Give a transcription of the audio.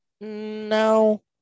No